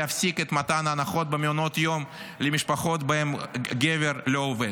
להפסיק את מתן ההנחות במעונות יום למשפחות שבהן הגבר לא עובד.